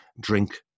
drink